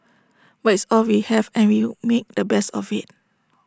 but it's all we have and we make the best of IT